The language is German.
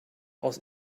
aus